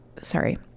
sorry